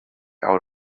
out